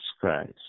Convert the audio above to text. Christ